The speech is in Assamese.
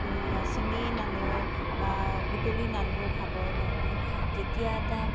ছিঙি নানো বা বুটলি নানো খাবৰ কাৰণে যেতিয়া এটা